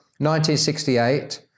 1968